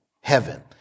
heaven